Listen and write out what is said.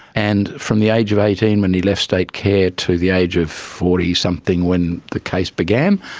and from the age of eighteen when he left state care to the age of forty something when the case began,